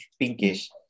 pinkish